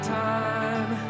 time